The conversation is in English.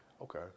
okay